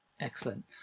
Excellent